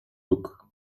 boek